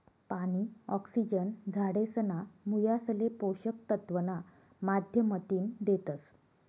पानी, ऑक्सिजन झाडेसना मुयासले पोषक तत्व ना माध्यमतीन देतस